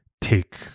take